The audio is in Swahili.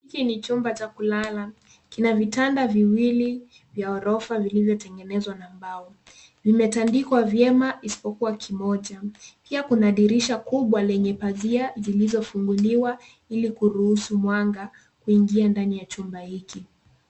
Hiki ni chumba cha kulala, kina vitanda viwili vya ghorofa vilivyo tengenezwa na mbao. Vimetandikwa vyema isipokuwa kimoja, pia kuna dirisha kubwa lenye pazia zilizofunguliwa ili kuruhusu mwanga kuingia ndani ya chumba hiki.